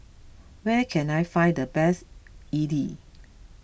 where can I find the best Idly